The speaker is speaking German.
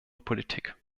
politik